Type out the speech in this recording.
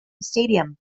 stadium